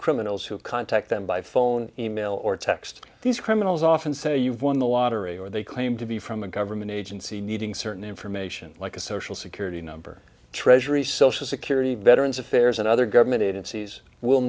criminals who contact them by phone e mail or text these criminals often say you've won the lottery or they claim to be from a government agency needing certain information like a social security number treasury social security veterans affairs and other government agencies will